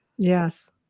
Yes